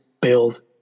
Bills